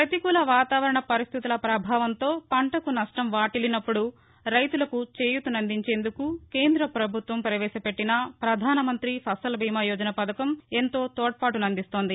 ప్రపతికూల వాతావరణ పరిస్థితుల పభావంతో పంటకు నష్టం వాటిల్లినప్పుడు రైతులకు చేయూతనందించేందుకు కేంద్ర ప్రభుత్వం ప్రవేశపెట్టిన ప్రధాన మంత్రి ఫసల్బీమా యోజన పధకం ఎంతో తోడ్పాటునందింస్తోంది